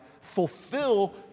fulfill